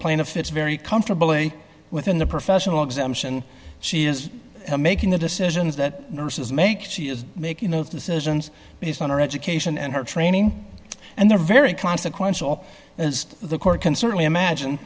plaintiff it's very comfortably within the professional exemption she is making the decisions that nurses make she is making those decisions based on her education and her training and they're very consequential as the court can certainly imagine